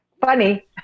funny